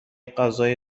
غذای